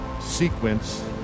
sequence